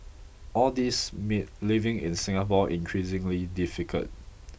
all these made living in Singapore increasingly difficult